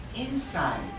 inside